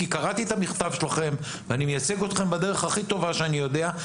קראתי את המכתב שלכם ואני מייצג אתכם בדרך הכי טובה שאני יודע.